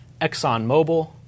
ExxonMobil